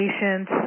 patients